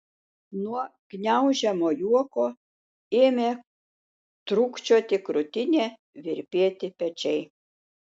nuo gniaužiamo juoko ėmė trūkčioti krūtinė virpėti pečiai